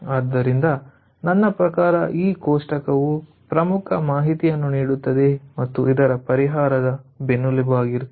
ಆದ್ದರಿಂದ ನನ್ನ ಪ್ರಕಾರ ಈ ಕೋಷ್ಟಕವು ಪ್ರಮುಖ ಮಾಹಿತಿಯನ್ನು ನೀಡುತ್ತದೆ ಮತ್ತು ಇದು ಪರಿಹಾರದ ಬೆನ್ನೆಲುಬಾಗಿರುತ್ತದೆ